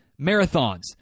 marathons